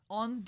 on